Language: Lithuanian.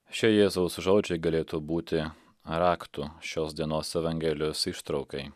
šie jėzaus žodžiai galėtų būti raktu šios dienos evangelijos ištraukai